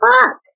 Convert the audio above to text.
fuck